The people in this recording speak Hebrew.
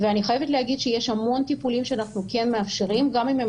ואני חייבת להגיד שיש הרבה טיפולים שאנחנו כן מאפשרים גם אם הם